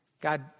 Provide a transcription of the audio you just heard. God